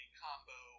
combo